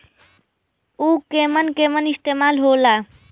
उव केमन केमन इस्तेमाल हो ला?